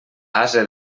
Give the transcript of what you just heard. ase